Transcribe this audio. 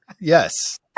Yes